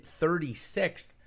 36th